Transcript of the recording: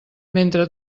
mentre